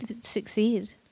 succeed